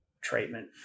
treatment